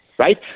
Right